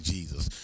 Jesus